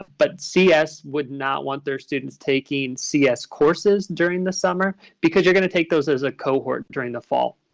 but cs would not want their students taking cs courses during the summer because you're going to take those as a cohort during the fall.